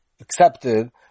accepted